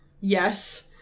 Yes